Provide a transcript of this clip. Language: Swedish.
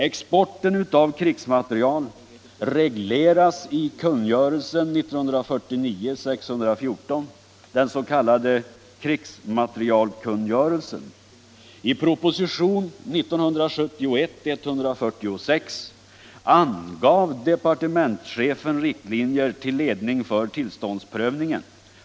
Exporten av krigsmateriel regleras i kungörelsen 1949:614, den s.k. krigsmaterielkungörelsen. I propositionen 1971:146 angav departementschefen riktlinjer till ledning för tillståndsprövningen.